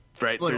Right